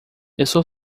estou